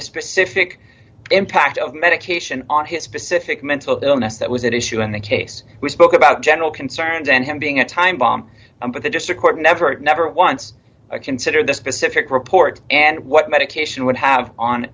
specific impact of medication on his specific mental illness that was an issue in the case we spoke about general concerns and him being a time bomb but the district court never never once a consider the specific report and what medication would have